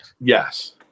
Yes